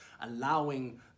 allowing